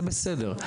זה בסדר,